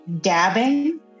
dabbing